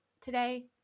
today